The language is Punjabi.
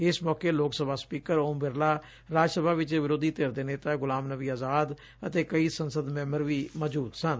ਇਸ ਮੌਕੇ ਲੋਕ ਸਭਾ ਸਪੀਕਰ ਓਮ ਬਿਰਲਾ ਰਾਜ ਸਭਾ ਵਿਚ ਵਿਰੋਧੀ ਧਿਰ ਦੇ ਨੇਤਾ ਗੁਲਾਮ ਨੱਬੀ ਆਜ਼ਾਦ ਅਤੇ ਕਈ ਸੰਸਦ ਮੈਂਬਰ ਵੀ ਮੌਜੁਦ ਸਨ